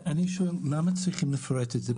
אני שואל למה צריך לפרט את זה?